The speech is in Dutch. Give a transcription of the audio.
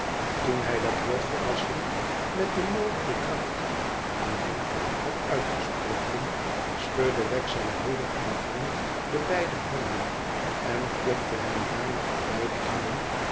toen hij dat woord t verrassing met de noodige kracht en lengte had uitgesproken schudde wegg zijn broeder en vriend de beide handen en klopte hem daarna op beide knieën